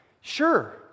sure